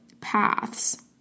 paths